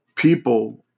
people